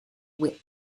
width